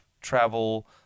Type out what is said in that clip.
travel